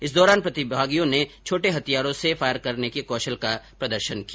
इस दौरान प्रतिभागियों ने छोटे हथियारों से फायर करने के कौशल का प्रदर्शन किया